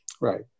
Right